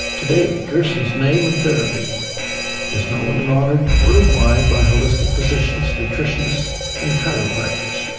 today gerson's name and therapy is known and honored worldwide by holistic physicians, nutritionists and chiropractors.